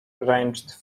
ranged